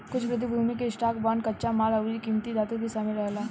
कुछ प्रतिभूति में स्टॉक, बांड, कच्चा माल अउरी किमती धातु भी शामिल रहेला